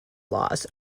laws